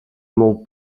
molt